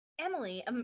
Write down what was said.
Emily